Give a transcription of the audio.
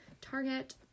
Target